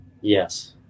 Yes